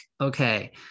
okay